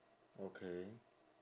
okay